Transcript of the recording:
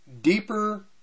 deeper